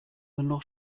genug